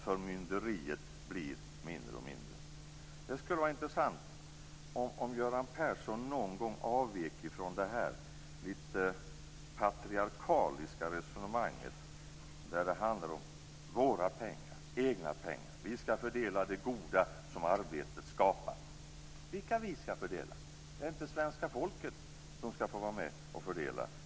Förmynderiet skall bli mindre. Det skulle vara intressant om Göran Persson någon gång avvek från det patriarkaliska resonemanget om våra pengar, egna pengar. "Vi skall fördela det goda som arbete skapar." Vilka "vi" skall fördela? Är det inte svenska folket som skall få vara med och fördela?